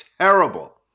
Terrible